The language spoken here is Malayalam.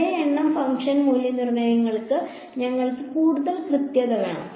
ഒരേ എണ്ണം ഫംഗ്ഷൻ മൂല്യനിർണ്ണയങ്ങൾക്ക് ഞങ്ങൾക്ക് കൂടുതൽ കൃത്യത വേണം